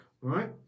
right